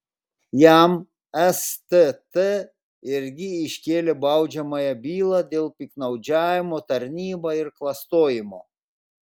jam stt irgi iškėlė baudžiamąją bylą dėl piktnaudžiavimo tarnyba ir klastojimo